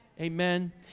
Amen